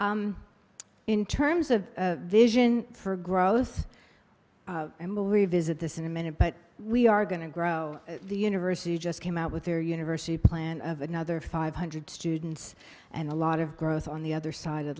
in terms of vision for growth and what we visit this in a minute but we are going to grow the university just came out with their university plan of another five hundred students and a lot of growth on the other side of